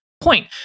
point